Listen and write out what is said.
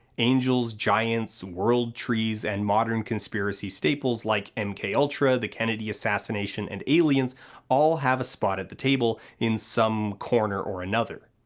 angels, giants, world trees, and modern conspiracy staples like and mk-ultra, the kennedy assassination, and aliens all have a spot at the table in some corner or another.